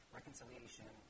Reconciliation